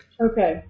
Okay